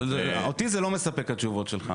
אותי זה לא מספק, התשובות שלך.